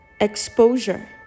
exposure